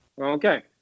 Okay